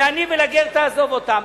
לעני ולגר תעזוב אותם.